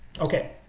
Okay